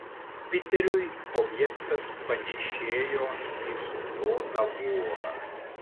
piteriui objektas panėšėjo į suplotą vorą